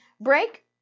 break